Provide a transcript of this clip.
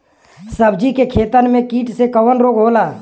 सब्जी के खेतन में कीट से कवन रोग होला?